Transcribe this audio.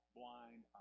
blind